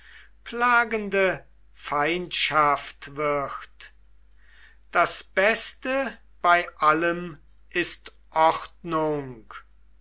plagende feindschaft wird das beste bei allem ist